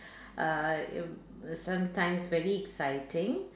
uh i~ sometimes very exciting